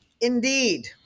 Indeed